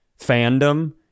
fandom